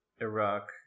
Iraq